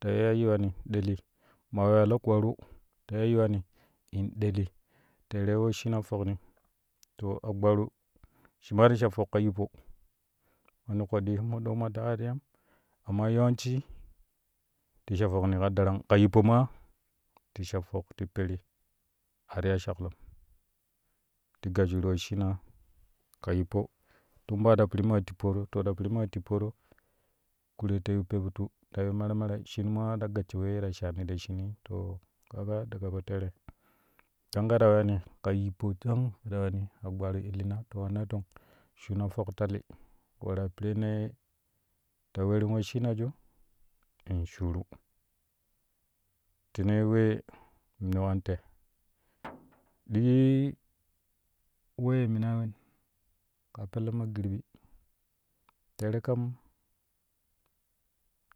Ta iya yiwani in deli maa weyaa la kwaro ta iya yiwani in ɗeli terei wesshina fokni to agbaaru shi maa ti sha fok ka yippo manni koɗɗi mondok ma teƙa yaa ti yam amma yawanei te sha fokni ka darang ka yippo ma ti sha fok ti peri a ti ya shaklom ti gasshuru wesshina ka yippo tun maa ta priri maa tipporo to ta peiri ma tipporo kuret ta yiu pepittu ya yiu mere mere shin maa ta shassho wee ta shaani ta shinue to ka ga daga po tere dang ke ta ta weyani ka yippo chan ke la weyani agbaru illina ti wanna tong? Shuna fok tali warga pirennee ta weerim wesshinaju in shiri tene wee munu kan te digii wee minai ka pelle ma girɓi tere kam